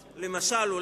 למשל,